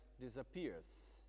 disappears